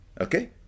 Okay